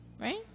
right